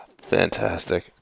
Fantastic